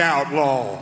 Outlaw